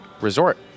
resort